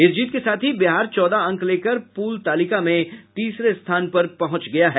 इस जीत के साथ ही बिहार चौदह अंक लेकर पूल तालिका में तीसरे स्थान पर पहुंच गया है